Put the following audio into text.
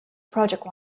project